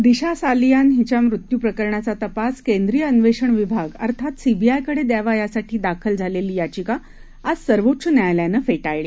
दिशा सालियान हिच्या मृत्यू प्रकरणाचा तपास केंद्रीय अण्वेषण विभाग अर्थात सीबीआयकडे द्यावा यासाठी दाखल झालेली याचिका आज सर्वोच्च न्यायालयानं फेटाळाली